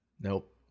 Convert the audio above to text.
Nope